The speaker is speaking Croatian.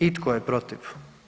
I tko je protiv?